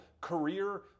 career